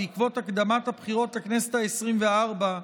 בעקבות הקדמת הבחירות לכנסת העשרים-וארבע,